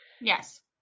yes